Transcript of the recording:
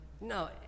No